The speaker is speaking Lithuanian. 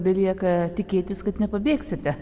belieka tikėtis kad nepabėgsite